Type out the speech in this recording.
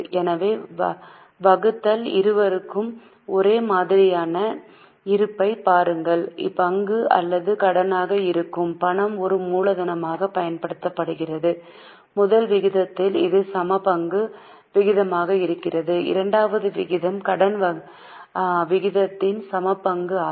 எனவே வகுத்தல் இருவருக்கும் ஒரே மாதிரியாக இருப்பதைப் பாருங்கள் பங்கு அல்லது கடனாக இருக்கும் பணம் ஒரு மூலதனமாகப் பயன்படுத்தப்படுகிறது முதல் விகிதத்தில் இது சமபங்கு விகிதமாக இருந்தது இரண்டாவது விகிதம் கடன் விகிதத்தின் சமபங்கு ஆகும்